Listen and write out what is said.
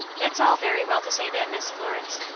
it's all very well to say that, miss florence.